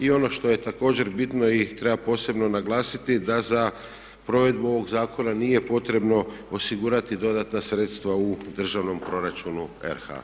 I ono što je također bitno i treba posebno naglasiti da za provedbu ovog zakona nije potrebno osigurati dodatna sredstva u državnom proračunu RH.